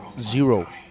zero